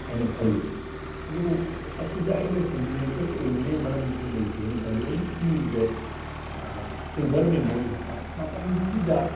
ꯍꯥꯏꯅ ꯈꯜꯂꯤ ꯑꯗꯨꯕꯨ ꯃꯁꯤꯗ ꯑꯩꯅ ꯁꯦꯟꯗꯤꯃꯦꯟꯇꯜ ꯑꯣꯏꯅꯤꯡꯉꯥꯏ ꯃꯔꯝꯁꯨ ꯂꯩꯇꯦ ꯍꯥꯏꯅ ꯈꯜꯂꯤ ꯑꯣꯡꯂꯤ thing is that silver memory ꯃꯇꯝꯗꯨꯒꯤꯗ